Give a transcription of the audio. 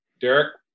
Derek